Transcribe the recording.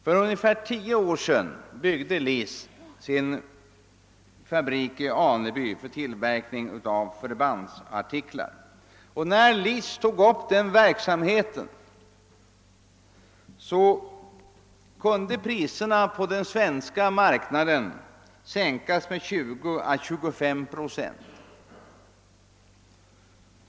För ungefär 10 år sedan byggde LIC sin fabrik i Aneby för tillverkning av förbandsartiklar. När LIC tog upp den verksamheten kunde priserna på den svenska marknaden sänkas med 20 å 25 procent.